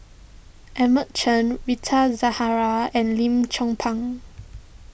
Edmund Chen Rita Zahara and Lim Chong Pang